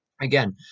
Again